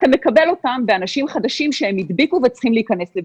אתה מקבל אותם באנשים חדשים שהם הדביקו וצריכים להיכנס לבידוד.